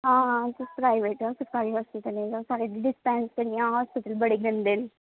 आं तुस प्राईवेट अस्पताल दस्सो साढ़े इत्थें डिस्पेंसरी दा बड़े जंदे न